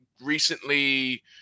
recently